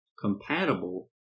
compatible